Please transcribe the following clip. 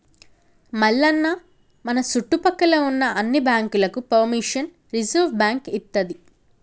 మల్లన్న మన సుట్టుపక్కల ఉన్న అన్ని బాంకులకు పెర్మిషన్ రిజర్వ్ బాంకు ఇత్తది